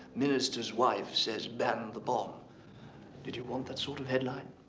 ministers wife says ban the bomb did you want that sort of headline?